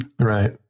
Right